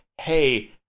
hey